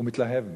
הוא מתלהב מזה.